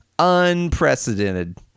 unprecedented